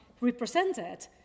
represented